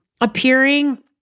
appearing